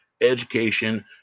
education